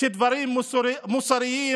דברים מוסריים.